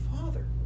Father